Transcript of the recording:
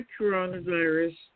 coronavirus